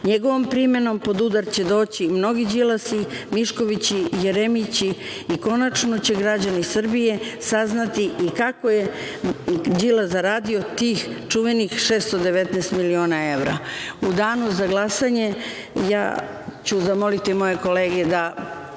Njegovom primenom, pod udar će doći novi Đilasi, Miškovići i Jeremići i konačno će građani Srbije saznati i kako je Đilas zaradio tih čuvenih 619.000.000 evra.U danu za glasanje ja ću zamoliti moje kolege da